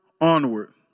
onward